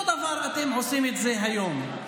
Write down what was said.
אותו הדבר אתם עושים את זה היום.